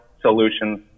Solutions